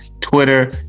Twitter